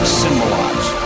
symbolize